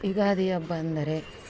ಯುಗಾದಿ ಹಬ್ಬ ಅಂದರೆ